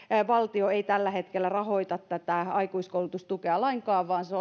valtio ei tällä hetkellä rahoita tätä aikuiskoulutustukea lainkaan vaan se